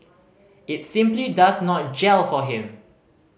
it simply does not gel for him